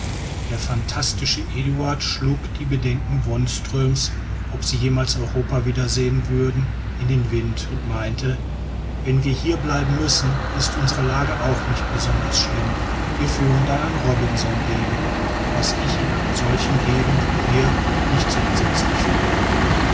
der phantastische eduard schlug die bedenken wonströms ob sie jemals europa wieder sehen würden in den wind und meinte wenn wir hier bleiben müssen ist unsere lage auch nicht besonders schlimm wir führen dann ein robinsonleben was ich in einer solchen gegend wie hier nicht so entsetzlich finde